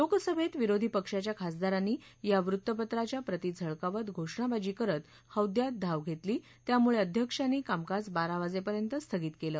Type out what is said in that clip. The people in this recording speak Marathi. लोकसभेत विरोधी पक्षाच्या खासदारांनी या वृत्तपत्राच्या प्रती झळकावत घोषणाबाजी करत हौद्यात धाव घेतली त्यामुळे अध्यक्षांनी कामकाज बारा वाजेपर्यंत स्थगित केलं